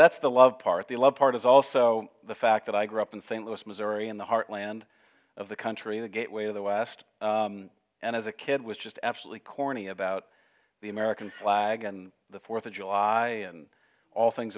that's the love part the love part is also the fact that i grew up in st louis missouri in the heartland of the country the gateway to the west and as a kid was just absolutely corny about the american flag and the fourth of july and all things